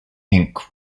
ink